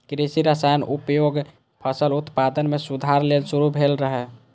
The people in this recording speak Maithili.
कृषि रसायनक उपयोग फसल उत्पादन मे सुधार लेल शुरू भेल रहै